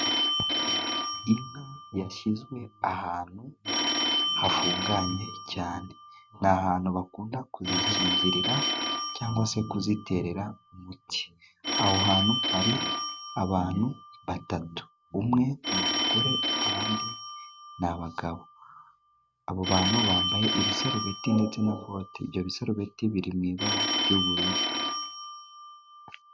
Inka yashyizwe ahantu hafunganye cyane. Ni ahantu bakunda kuzikingirira cyangwa se kuziterera umuti. Aho hantu hari abantu batatu. Umwe n'umugore abandi ni abagabo. Abo bantu bambaye ibisarubeti ndetse na bote. Ibyo bisarubeti biri mw'ibara ry'ubururu.